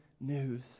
news